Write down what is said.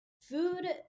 food